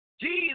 Jesus